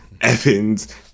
evans